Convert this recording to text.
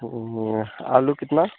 आलू कितना